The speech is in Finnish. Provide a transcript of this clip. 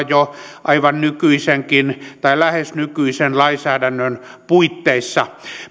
jo aivan nykyisenkin tai lähes nykyisen lainsäädännön puitteissa